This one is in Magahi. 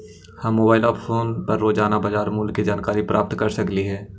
हम मोबाईल फोन पर रोजाना बाजार मूल्य के जानकारी कैसे प्राप्त कर सकली हे?